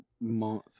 month